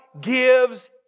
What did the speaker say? gives